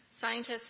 scientists